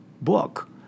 book